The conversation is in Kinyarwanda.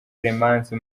clemence